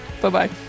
Bye-bye